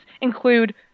include